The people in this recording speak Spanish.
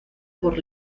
por